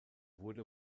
wurde